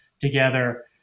together